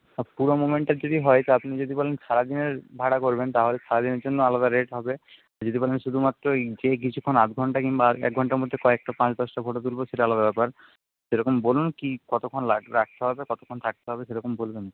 সব পুরো মোমেন্টের যদি হয় তো আপনি যদি বলেন সারাদিনের ভাড়া করবেন তাহলে সারাদিনের জন্য আলাদা রেট হবে যদি বলেন শুধুমাত্র এই যেয়ে কিছুক্ষণ আধ ঘন্টা কিংবা এক ঘণ্টার মধ্যে কয়েকটা পাঁচ দশটা ফটো তুলবো সেটা আলাদা ব্যাপার সেরকম বলুন কি কতক্ষণ আসতে হবে কতক্ষণ থাকতে হবে সেরকম বলবেন